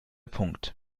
punkt